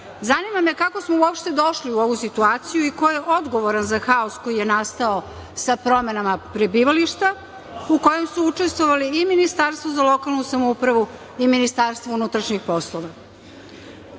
nove. Zanima me, kako smo uopšte došli u ovu situaciju i ko je odgovoran za haos koji je nastao sa promenama prebivališta u kojem su učestvovali i Ministarstvo za lokalnu samoupravu i Ministarstvo unutrašnjih poslova? Problem